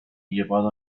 llevado